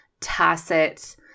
tacit